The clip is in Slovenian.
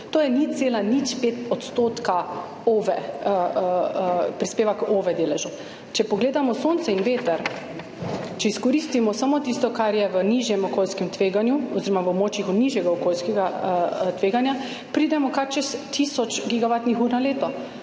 gigavatnih ur na leto, torej prispeva 0,05 % k deležu OVE. Če pogledamo sonce in veter, če izkoristimo samo tisto, kar je v nižjem okoljskem tveganju oziroma v območjih nižjega okoljskega tveganja, pridemo kar čez tisoč gigavatnih ur na leto,